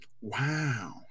wow